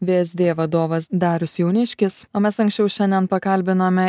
vsd vadovas darius jauniškis o mes anksčiau šiandien pakalbinome